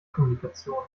kommunikation